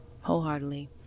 wholeheartedly